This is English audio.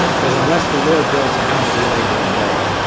cause unless the lord builds a house we labor in vain.